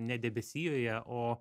ne debesijoje o